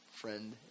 friend